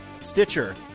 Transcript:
Stitcher